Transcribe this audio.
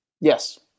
yes